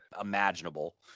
imaginable